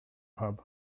pub